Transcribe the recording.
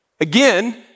again